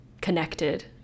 connected